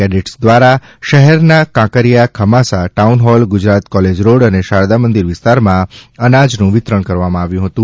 cadet દ્વારા શહેરના Kankaria Khamasa town hall Gujarat college road અને શારદા મંદિર વિસ્તારમાં આ અનાજનું વિતરણ કરવામાં આવ્યું હતું